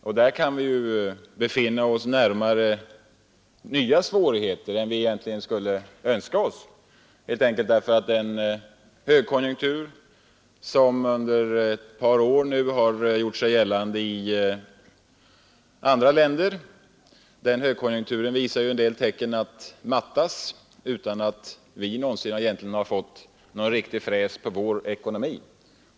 Och där kan vi ju befinna oss närmare nya svårigheter än vad som är önskvärt, helt enkelt därför att den högkonjunktur som under ett par år nu har gjort sig gällande i andra länder visar en del tecken att mattas utan att vi någonsin har fått riktig fräs på vår ekonomi.